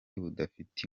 budafite